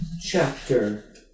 chapter